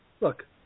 Look